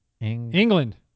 England